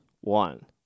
One